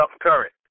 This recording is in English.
current